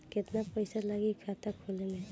केतना पइसा लागी खाता खोले में?